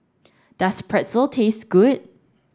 does Pretzel taste good